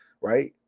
right